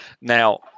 Now